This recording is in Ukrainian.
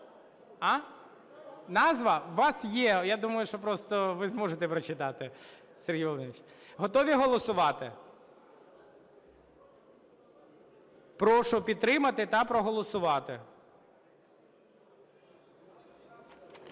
Назва? У вас є. Я думаю, що просто ви зможете прочитати, Сергій Володимирович. Готові голосувати? Прошу підтримати та проголосувати.